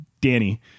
Danny